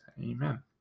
Amen